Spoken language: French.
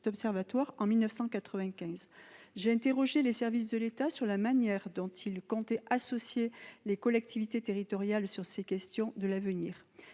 observatoire en 1995. J'ai interrogé les services de l'État sur la manière dont ils comptaient associer les collectivités territoriales sur ces sujets à l'avenir.